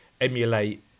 emulate